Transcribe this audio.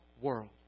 world